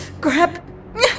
Grab